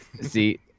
See